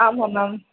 ஆமாம் மேம்